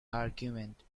argument